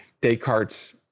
Descartes